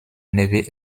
navy